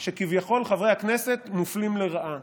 שכביכול חברי הכנסת מופלים לרעה